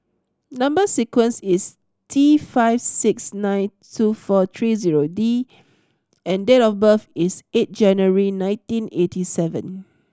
number sequence is T five six nine two four tree zero D and date of birth is eight January nineteen eighty seven